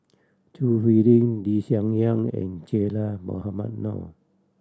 Choo Hwee Lim Lee Hsien Yang and Che Dah Mohamed Noor